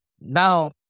now